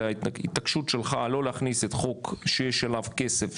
ההתעקשות שלו לא להכניס את החוק שיש עבורו כסף,